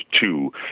two